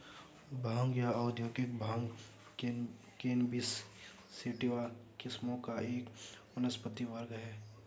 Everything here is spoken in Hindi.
भांग या औद्योगिक भांग कैनबिस सैटिवा किस्मों का एक वानस्पतिक वर्ग है